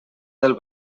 del